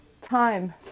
time